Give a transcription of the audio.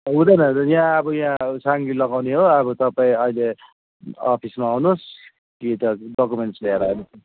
हुँदैन हजुर यहाँ अब यहाँ साङ्ली लगाउने हो अब तपाईँ अहिले अफिसमा आउनुहोस् ती तपाईँको डोक्युमेन्ट्स लिएर आउनुहोस्